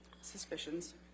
Suspicions